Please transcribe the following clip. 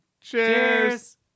Cheers